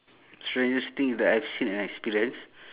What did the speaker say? strangest thing that I've seen and experienced